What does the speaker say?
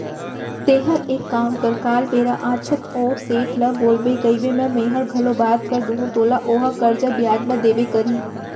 तैंहर एक काम कर काल बेरा आछत ओ सेठ ल बोलबे कइबे त मैंहर घलौ बात कर दूहूं तोला ओहा करजा बियाज म देबे करही